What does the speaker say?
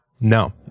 no